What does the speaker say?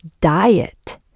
diet